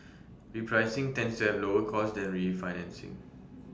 repricing tends to have lower costs than refinancing